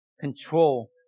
Control